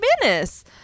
business